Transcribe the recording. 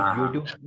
YouTube